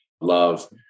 love